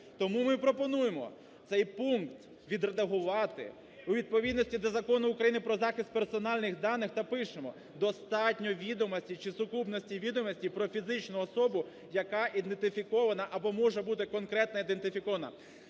Тому ми пропонуємо цей пункт відредагувати у відповідності до Закону України "Про захист персональних даних" та пишемо: "Достатньо відомості чи сукупності відомості про фізичну особу, яка ідентифікована або може бути конкретно ідентифікована".